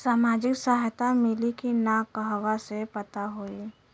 सामाजिक सहायता मिली कि ना कहवा से पता होयी?